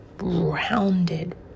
rounded